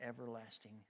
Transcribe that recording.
everlasting